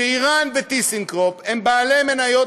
שאיראן ו"טיסנקרופ" הם בעלי מניות